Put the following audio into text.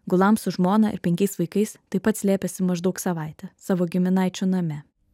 gulam su su žmona ir penkiais vaikais taip pat slėpėsi maždaug savaitę savo giminaičių name